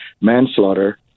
manslaughter